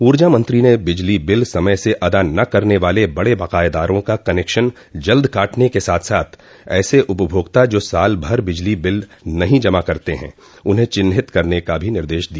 उर्जा मंत्री ने बिजली बिल समय से अदा न करने वाले बड़े बकायादारों का कनेक्शन जल्द काटने के साथ साथ ऐसे उपभोक्ता जो साल भर बिजली बिल नही जमा करते है उन्हें चिन्हित करने का निर्देश दिया